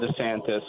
DeSantis